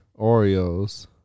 Oreos